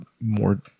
more